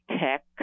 tech